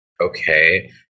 okay